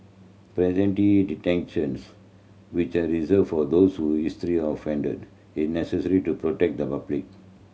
preventive detentions which are reserved for those who with history of is necessary to protect the public